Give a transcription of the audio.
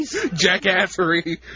Jackassery